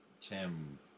tim